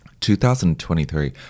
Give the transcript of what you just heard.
2023